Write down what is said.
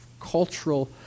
cultural